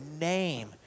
name